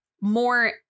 more